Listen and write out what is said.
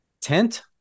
tent